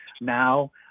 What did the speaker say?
now